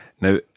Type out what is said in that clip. Now